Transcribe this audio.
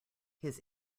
his